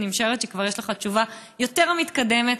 אני משערת שכבר יש לך תשובה יותר מתקדמת,